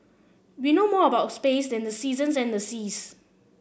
we know more about space than the seasons and the seas